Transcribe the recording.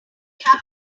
have